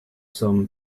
some